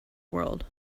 world